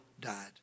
died